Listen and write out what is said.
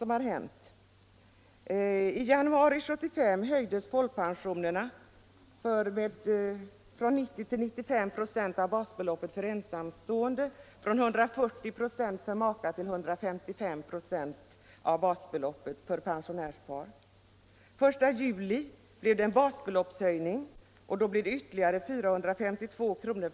I januari 1975 höjdes folkpensionerna från 90 till 95 96 av basbeloppet för ensamstående och från 140 till 155 96 av basbeloppet för pensionärspar. Den 1 juli kom en basbeloppshöjning, och då blev det ytterligare 452 kr.